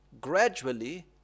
gradually